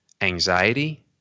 anxiety